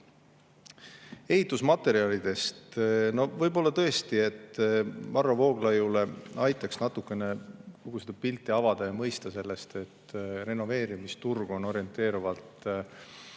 Ehitusmaterjalidest. Võib-olla tõesti Varro Vooglaiul aitaks natukene kogu seda pilti avada ja mõista [teadmine], et renoveerimisturg on orienteeruvalt